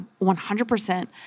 100%